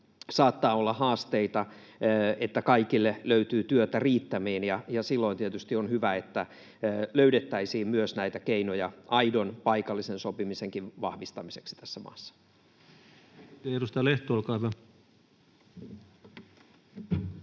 saattaa olla haasteita, että kaikille löytyy työtä riittämiin, ja silloin tietysti on hyvä, että löydettäisiin myös keinoja aidon paikallisen sopimisen vahvistamiseksi tässä maassa.